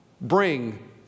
bring